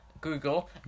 Google